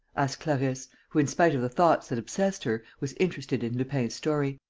asked clarisse, who, in spite of the thoughts that obsessed her, was interested in lupin's story.